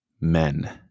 men